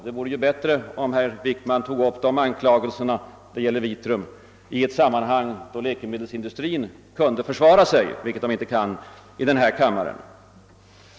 Det vore bättre om herr Wickman tog upp anklagelserna vad gäller Apoteksvarucentralen Vitrum i ett sammanhang då läkemedelsindustrin kan försvara sig, vilket den inte kan i denna kammare.